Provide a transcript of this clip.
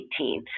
2018